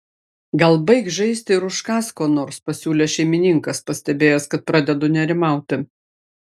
gal baik žaisti ir užkąsk ko nors pasiūlė šeimininkas pastebėjęs kad pradedu nerimauti